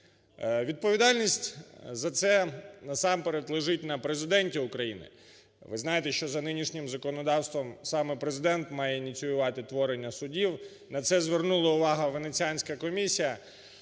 Відповідальність за це насамперед лежить на Президенті України. Ви знаєте, що за нинішнім законодавством саме Президент має ініціювати творення суддів, на це звернула увагу Венеціанська комісія.